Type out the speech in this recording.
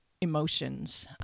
emotions